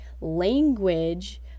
language